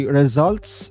results